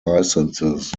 licenses